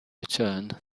returned